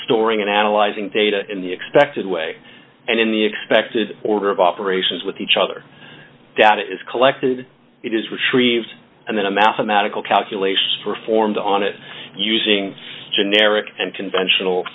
storing and analyzing data in the expected way and in the expected order of operations with each other data is collected it is retrieved and then a mathematical calculations performed on it using generic and conventional